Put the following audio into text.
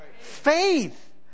Faith